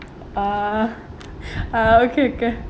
ah ah okay okay